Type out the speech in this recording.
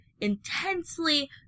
intensely